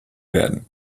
werden